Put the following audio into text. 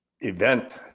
event